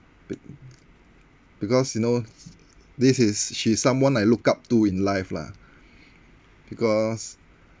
be~ because you know this is she's someone I look up to in life lah because